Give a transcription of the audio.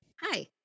hi